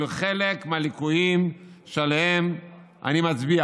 אלו חלק מהליקויים שעליהם אני מצביע"